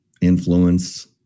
influence